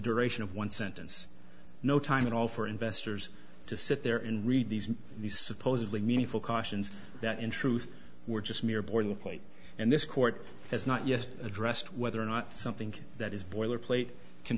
duration of one sentance no time at all for investors to sit there and read these these supposedly meaningful cautions that in truth we're just mere boarding a plate and this court has not yet addressed whether or not something that is boilerplate can